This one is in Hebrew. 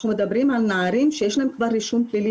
אנחנו מדברים על נערים שיש להם כבר רישום פלילי